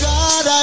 God